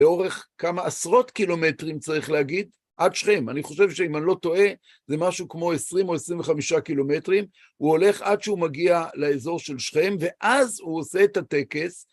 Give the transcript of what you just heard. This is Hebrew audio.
באורך כמה עשרות קילומטרים, צריך להגיד, עד שכם. אני חושב שאם אני לא טועה, זה משהו כמו 20 או 25 קילומטרים. הוא הולך עד שהוא מגיע לאזור של שכם, ואז הוא עושה את הטקס.